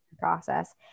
process